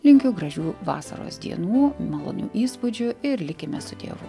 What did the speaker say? linkiu gražių vasaros dienų malonių įspūdžių ir likime su dievu